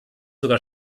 sogar